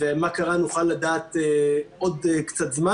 ומה קרה נוכל לדעת עוד קצת זמן.